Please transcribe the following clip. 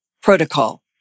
protocol